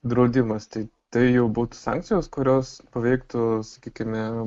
draudimas tai tai jau būtų sankcijos kurios paveiktų sakykime